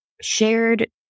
shared